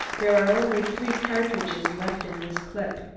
there are only three cartridges left in this clip.